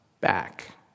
back